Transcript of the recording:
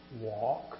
walk